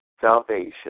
salvation